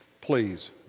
Please